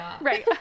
Right